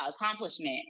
accomplishment